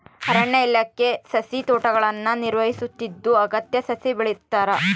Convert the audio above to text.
ಅರಣ್ಯ ಇಲಾಖೆ ಸಸಿತೋಟಗುಳ್ನ ನಿರ್ವಹಿಸುತ್ತಿದ್ದು ಅಗತ್ಯ ಸಸಿ ಬೆಳೆಸ್ತಾರ